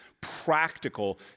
practical